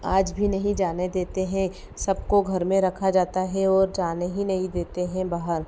आज भी नहीं जाने देते हैं सबको घर में रखा जाता है और जाने ही नहीं देते हैं बाहर